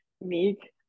meek